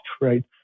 right